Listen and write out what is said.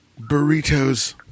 burritos